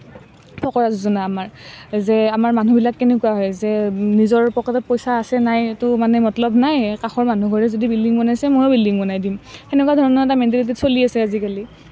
ফকৰা যোজনা যে আমাৰ মানুহবিলাক কেনেকুৱা হয় যে নিজৰ পকেটত পইচা আছেনে নাই সেইটো মানে মতলব নাই কাষৰ মানুহঘৰে যদি বিল্ডিং বনাইছ ময়ো বিল্ডিং বনাই দিম সেনেকুৱা ধৰণৰ এটা মেণ্টেলিটিত চলি আছে আজিকালি